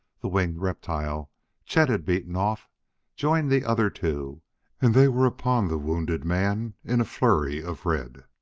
the winged reptile chet had beaten off joined the other two and they were upon the wounded man in a flurry of red.